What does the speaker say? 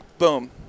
boom